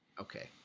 Okay